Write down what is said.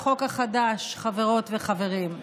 חבר הכנסת אמסלם,